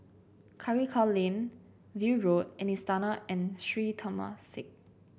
Karikal Lane View Road and Istana and Sri Temasek